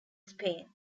spain